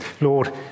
Lord